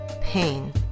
pain